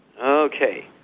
Okay